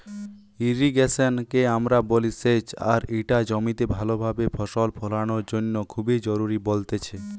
irrigation কে আমরা বলি সেচ আর ইটা জমিতে ভালো ভাবে ফসল ফোলানোর জন্য খুবই জরুরি বলতেছে